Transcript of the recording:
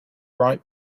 right